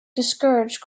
discouraged